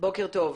בוקר טוב.